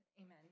Amen